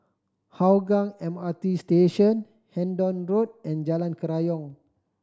Hougang M R T Station Hendon Road and Jalan Kerayong